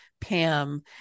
Pam